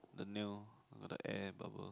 the nail the air bubble